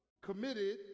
committed